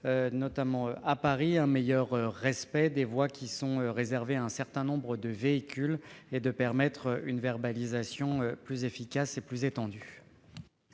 notamment à Paris, un plus grand respect des voies réservées à un certain nombre de véhicules et de permettre une verbalisation plus efficace et plus étendue.